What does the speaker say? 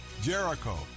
Jericho